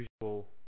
usual